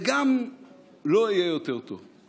וגם לו יהיה יותר טוב,